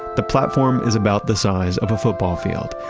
the platform is about the size of a football field,